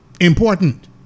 important